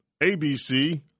ABC